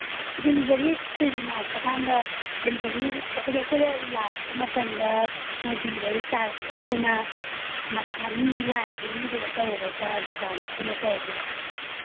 ꯗꯤꯂꯤꯕꯔꯤꯁꯤ ꯂꯥꯛꯀꯥꯟꯗ ꯗꯤꯂꯤꯕꯔꯤ ꯍꯥꯏꯗꯤ ꯑꯩꯈꯣꯏꯗ ꯂꯥꯛꯄ ꯃꯇꯝꯗ ꯅꯣꯏ ꯗꯤꯂꯤꯕꯔꯤ ꯆꯥꯔꯖꯁꯦ ꯑꯩꯈꯣꯏꯅ ꯃꯁꯥ ꯃꯤ ꯂꯥꯛꯏꯕ ꯃꯤꯗꯨꯗ ꯇꯧꯒꯗ꯭ꯔꯥ ꯗꯨꯀꯥꯟꯗ ꯄꯨꯟꯅ ꯇꯧꯒꯗ꯭ꯔꯥ